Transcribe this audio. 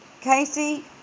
Casey